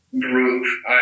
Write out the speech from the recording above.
group